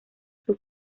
sus